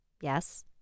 Yes